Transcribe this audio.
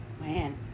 man